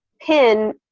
pin